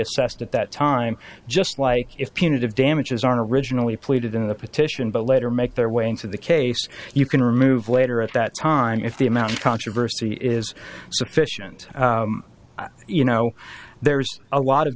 assessed at that time just like if punitive damages are not originally pleaded in the petition but later make their way into the case you can remove later at that time if the amount of controversy is sufficient you know there's a lot of